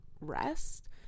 rest